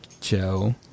Joe